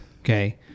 Okay